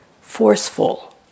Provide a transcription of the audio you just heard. forceful